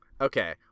Okay